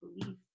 belief